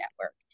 network